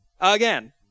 again